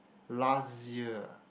last year